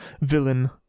villain